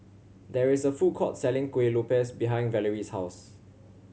there is a food court selling Kueh Lopes behind Valarie's house